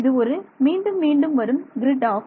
இது ஒரு மீண்டும் மீண்டும் வரும் கிரிட் ஆகும்